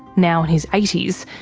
now in his eighty s,